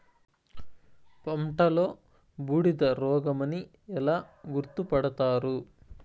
పంటలో బూడిద రోగమని ఎలా గుర్తుపడతారు?